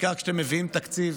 בעיקר כשאתם מביאים תקציב